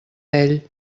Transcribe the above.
ell